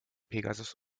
pegasus